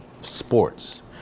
sports